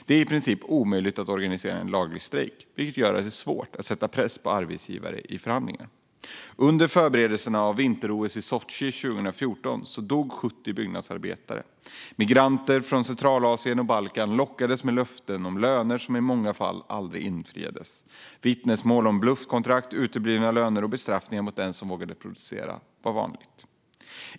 Det är i princip omöjligt att organisera en laglig strejk, vilket gör att det är svårt att sätta press på arbetsgivare i förhandlingar. Under förberedelserna inför vinter-OS i Sotji 2014 dog 70 byggnadsarbetare. Migranter från Centralasien och Balkan lockades med löften om löner som i många fall aldrig infriades. Vittnesmål om bluffkontrakt, uteblivna löner och bestraffningar mot dem som vågade protestera var vanliga.